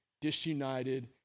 disunited